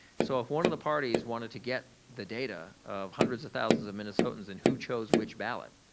so, if one of the parties wanted to get the data of hundreds of thousands of minnesotans and who chose which ballots,